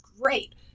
great